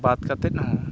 ᱵᱟᱫᱽ ᱠᱟᱛᱮᱫ ᱦᱚᱸ